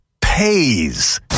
pays